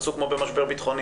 תפצו כמו במשבר ביטחוני,